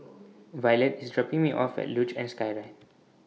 Violette IS dropping Me off At Luge and Skyride